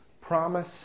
promise